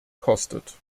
kostet